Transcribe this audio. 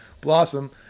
blossom